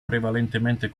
prevalentemente